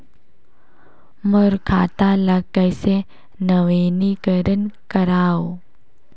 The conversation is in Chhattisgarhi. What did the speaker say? मोर खाता ल कइसे नवीनीकरण कराओ?